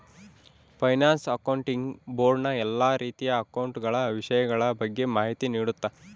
finance accounting board ನ ಎಲ್ಲಾ ರೀತಿಯ ಅಕೌಂಟ ಗಳ ವಿಷಯಗಳ ಬಗ್ಗೆ ಮಾಹಿತಿ ನೀಡುತ್ತ